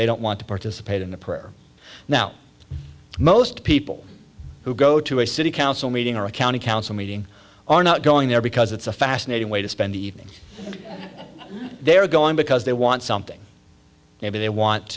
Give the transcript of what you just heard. they don't want to participate in the prayer now most people who go to a city council meeting or a county council meeting are not going there because it's a fascinating way to spend the evening they are going because they want something maybe they